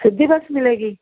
ਸਿੱਧੀ ਬੱਸ ਮਿਲੇਗੀ